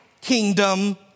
Kingdom